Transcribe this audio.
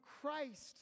Christ